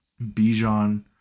Bijan